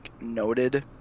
noted